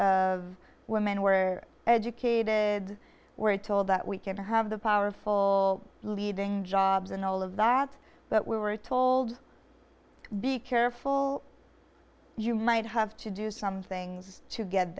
of women where educated we're told that we can't have the powerful bleeding jobs and all of that but we were told be careful you might have to do some things to get